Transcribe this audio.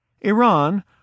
Iran